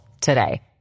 today